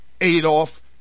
Adolf